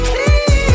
Please